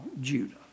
Judah